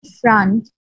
front